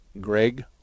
Greg